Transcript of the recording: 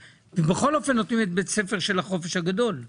ובכל אופן, נותנים את בית הספר של החופש הגדול.